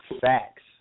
facts